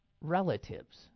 relatives